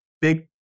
big